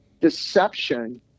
deception